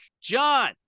John